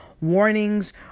Warnings